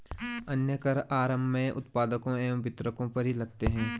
अन्य कर आरम्भ में उत्पादकों एवं वितरकों पर ही लगते हैं